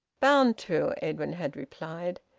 bound to! edwin had replied.